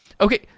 okay